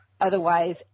Otherwise